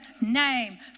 name